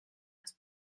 las